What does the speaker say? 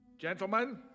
Gentlemen